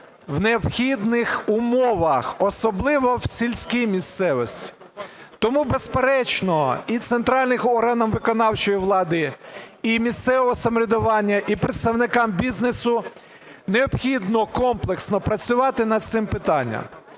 у необхідних умовах, особливо в сільській місцевості. Тому, безперечно, і центральним органам виконавчої влади, і місцевого самоврядування, і представникам бізнесу необхідно комплексно працювати над цим питанням.